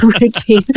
routine